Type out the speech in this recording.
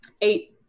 Eight